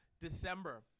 December